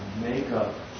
makeup